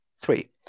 three